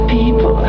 people